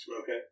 Okay